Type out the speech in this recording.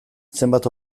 zenbait